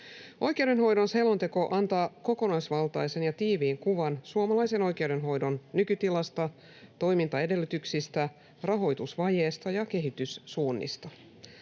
Oikeudenhoidon selonteko antaa kokonaisvaltaisen ja tiiviin kuvan suomalaisen oikeudenhoidon nykytilasta, toimintaedellytyksistä, rahoitusvajeesta ja kehityssuunnista.